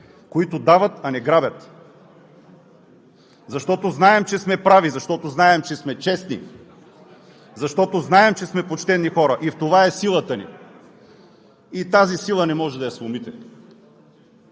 които дават, а не грабят, защото знаем, че сме прави, защото знаем, че сме честни, защото знаем, че сме почтени хора. В това е силата ни и тази сила не можете да я сломите.